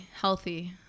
healthy